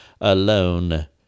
alone